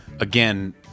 Again